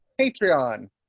Patreon